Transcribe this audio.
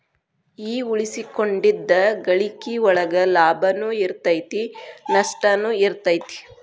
ಈ ಉಳಿಸಿಕೊಂಡಿದ್ದ್ ಗಳಿಕಿ ಒಳಗ ಲಾಭನೂ ಇರತೈತಿ ನಸ್ಟನು ಇರತೈತಿ